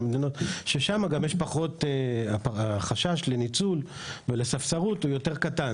ששם גם החשש לניצול ולספסרות הוא קטן יותר.